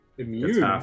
Immune